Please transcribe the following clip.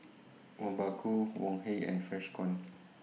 Obaku Wok Hey and Freshkon